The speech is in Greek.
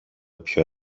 πιο